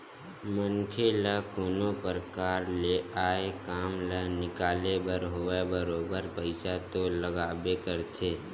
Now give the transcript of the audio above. मनखे ल कोनो परकार ले आय काम ल निकाले बर होवय बरोबर पइसा तो लागबे करथे